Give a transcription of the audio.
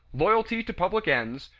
loyalty to public ends,